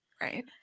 Right